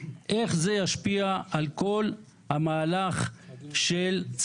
תתיישב בכל מקום,